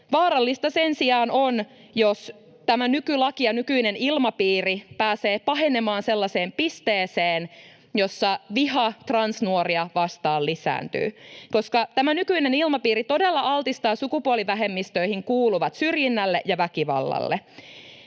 Vaarallista sen sijaan on, jos tämä nykylaki ja nykyinen ilmapiiri pääsevät pahenemaan sellaiseen pisteeseen, jossa viha transnuoria vastaan lisääntyy, koska tämä nykyinen ilmapiiri todella altistaa sukupuolivähemmistöihin kuuluvia syrjinnälle ja väkivallalle.